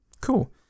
Cool